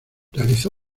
realizó